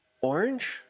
Orange